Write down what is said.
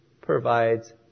provides